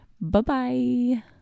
Bye-bye